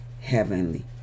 Heavenly